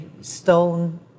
stone